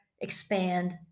expand